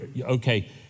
okay